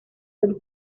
del